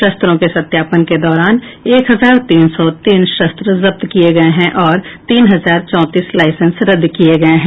शस्त्रों के सत्यापन के दौरान एक हजार तीन सौ तीन शस्त्र जब्त किये गये हैं और तीन हजार चौंतीस लाईसेंस रद्द किये गये हैं